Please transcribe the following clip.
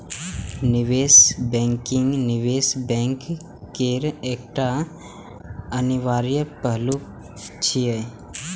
निवेश बैंकिंग निवेश बैंक केर एकटा अनिवार्य पहलू छियै